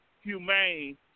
humane